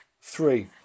Three